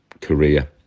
career